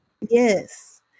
Yes